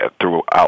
throughout